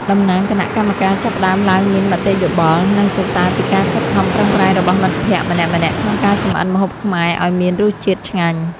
តំណាងគណៈកម្មការចាប់ផ្ដើមឡើងមានមតិយោបល់ និងសរសើរពីការខិតខំប្រឹងប្រែងរបស់មិត្តភក្តិម្នាក់ៗក្នុងការចម្អិនម្ហូបខ្មែរឱ្យមានរសជាតិឆ្ងាញ់។